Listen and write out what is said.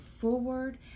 forward